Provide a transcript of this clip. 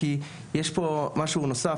כי יש פה משהו נוסף,